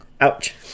ouch